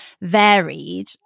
varied